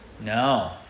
No